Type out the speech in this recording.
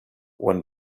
when